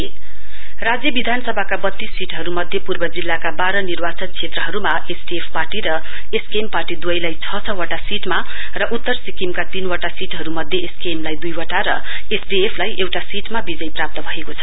estate assembly राज्य विधानसभाका बत्तास सीटहरुमध्ये पूर्व जिल्लाका बाह्र निर्वाचन क्षेत्रहरुमा एसडिएफ पार्टी र एसकेएम पार्टी दुवैलाई छ छ वटा सीटमा र उत्तर सिक्किमका तीनवटा सीटहरु मध्ये एसकेएम लाई दुईवटा र एसडिएफ लाई एउटा सीटमा विजय प्राप्त भएको छ